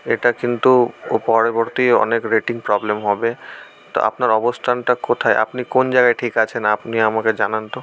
এটা কিন্তু ও পরবর্তী অনেক রেটিং প্রবলেম হবে তো আপনার অবস্থানটা কোথায় আপনি কোন জায়গায় ঠিক আছেন আপনি আমাকে জানান তো